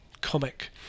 comic